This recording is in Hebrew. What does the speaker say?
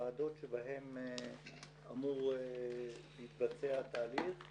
לוועדות שבהן אמור להתבצע התהליך.